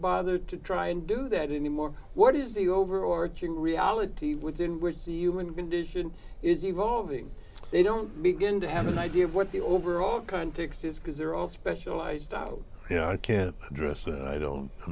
bother to try and do that anymore what is the overarching reality within which the human condition is evolving they don't begin to have an idea of what the overall context is because they're all specialized oh yeah i can't address and i don't